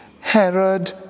Herod